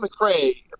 McRae